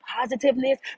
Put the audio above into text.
positiveness